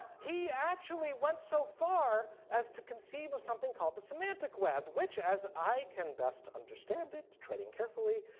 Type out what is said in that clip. he actually went so far as to conceive of something called the semantic web, which as i can best understand it, treading carefully,